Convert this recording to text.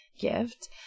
Gift